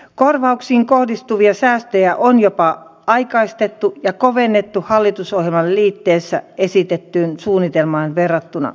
korvauksiin kohdistuvia säästöjä on jopa aikaistettu ja kovennettu hallitusohjelman liitteessä esitettyyn suunnitelmaan verrattuna